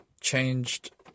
changed